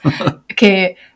Okay